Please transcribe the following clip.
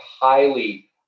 highly